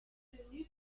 détenu